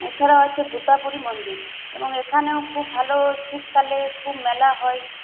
এছাড়া আছে ভুতাপুরি মন্দির এবং এখানেও খুব ভালো শীতকালে খুব মেলা হয়